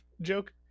joke